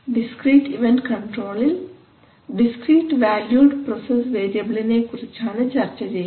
discrete event കണ്ട്രോളിൽ discrete valued process വേരിയബിളിനെകുറിച്ചാണ് ചർച്ച ചെയ്യുന്നത്